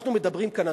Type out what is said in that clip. אנחנו מדברים כאן,